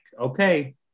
okay